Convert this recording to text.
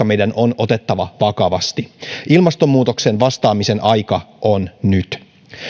meidän on otettava vakavasti ilmastonmuutokseen vastaamisen aika on nyt